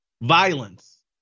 violence